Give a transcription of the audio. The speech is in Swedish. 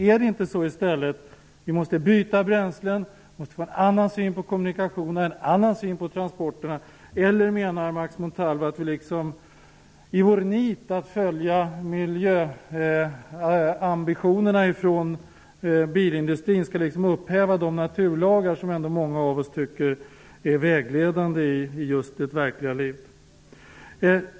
Är det inte så i stället att vi måste byta bränslen, få en annan syn på kommunikationer och transporterna, eller menar Max Montalvo att vi i vårt nit att följa miljöambitionerna från bilindustrin skall upphäva de naturlagar som många av oss tycker är vägledande i det verkliga livet?